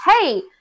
hey